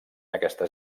aquestes